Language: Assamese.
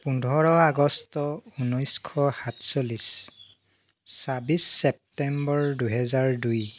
পোন্ধৰ আগষ্ট ঊনৈছশ সাতচল্লিছ ছাব্বিছ চেপ্তেম্বৰ দুহেজাৰ দুই